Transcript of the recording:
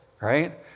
Right